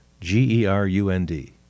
G-E-R-U-N-D